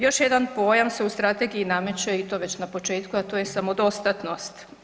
Još jedan pojam se u strategiji nameće i to već n početku a to je samodostatnost.